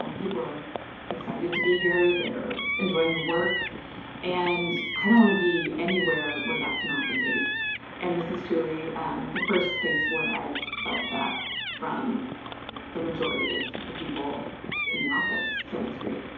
um people are excited to be here, they're enjoying the work and i don't want to be anywhere where that's not the case and this is truly and the first place where i've felt that from the majority of the people in the office. so it's great.